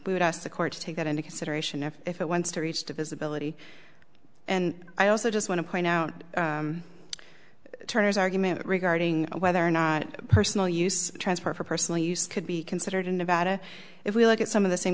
we would ask the court to take that into consideration if it wants to reach to visibility and i also just want to point out turner's argument regarding whether or not personal use transfer for personal use could be considered in nevada if we look at some of the same